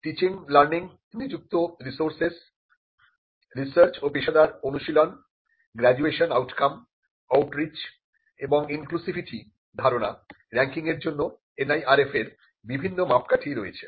teaching learning নিযুক্ত resources research ও পেশাদার অনুশীলন গ্রাজুয়েশন আউটকাম আউটরিচ এবং ইনক্লুসিভিটি ধারণা রাঙ্কিংয়ের জন্য NIRF এর বিভিন্ন মাপকাঠি রয়েছে